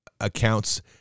accounts